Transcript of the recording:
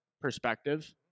perspective